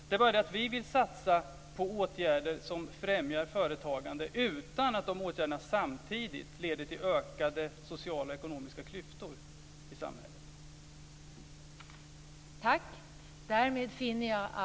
Det är bara det att vi vill satsa på åtgärder som främjar företagande utan att de åtgärderna samtidigt leder till ökade sociala och ekonomiska klyftor i samhället.